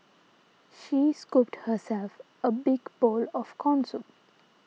she scooped herself a big bowl of Corn Soup